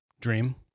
Dream